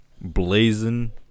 blazing